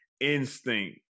instinct